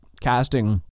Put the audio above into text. casting